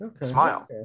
smile